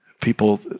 People